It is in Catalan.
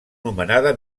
nomenada